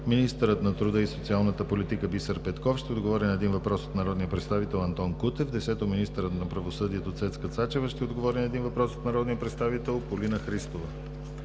Министърът на труда и социалната политика Бисер Петков ще отговори на един въпрос от народния представител Антон Кутев. 10. Министърът на правосъдието Цецка Цачева ще отговори на един въпрос от народния представител Полина Христова.